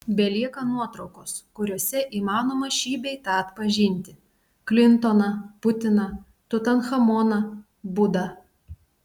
belieka nuotraukos kuriose įmanoma šį bei tą atpažinti klintoną putiną tutanchamoną budą